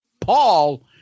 Paul